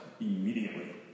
immediately